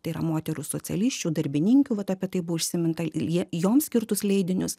tai yra moterų socialisčių darbininkių vat apie tai buvo užsiminta ir jie joms skirtus leidinius